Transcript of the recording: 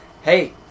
hey